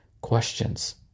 questions